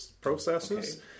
processes